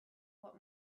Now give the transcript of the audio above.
what